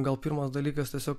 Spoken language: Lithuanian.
gal pirmas dalykas tiesiog